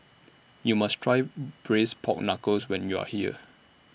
YOU must Try Braised Pork Knuckles when YOU Are here